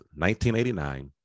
1989